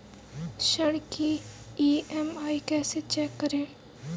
ऋण की ई.एम.आई कैसे चेक करें?